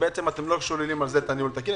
אתם לא שוללים על זה את הניהול תקין.